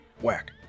Whack